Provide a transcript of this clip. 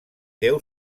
deu